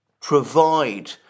provide